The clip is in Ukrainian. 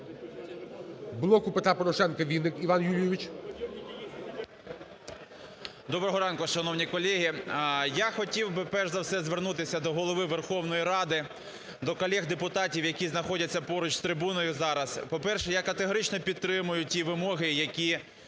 "Блоку Петра Порошенка" -Вінник Іван Юрійович. 11:11:24 ВІННИК І.Ю. Доброго ранку, шановні колеги! Я хотів би, перш за все, звернутися до Голови Верховної Ради, до колег депутатів, які знаходяться поруч з трибуною зараз. По-перше, я категорично підтримую ті вимоги, які